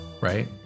Right